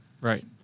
Right